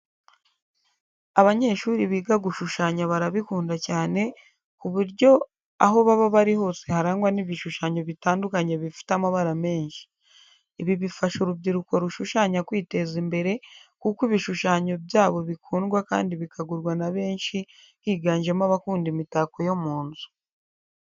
Abanyeshuri biga gushushanya barabikunda cyane ku buryo aho baba bari hose harangwa n'ibishushanyo bitandukanye bifite amabara menshi. Ibi bifasha urubyiruko rushushanya kwiteza imbere kuko ibishushanyo by'abo bikundwa kandi bikagurwa na benshi higanjemo abakunda imitako yo mu nzu.